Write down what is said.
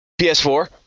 ps4